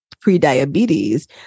pre-diabetes